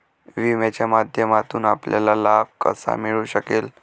विम्याच्या माध्यमातून आपल्याला लाभ कसा मिळू शकेल?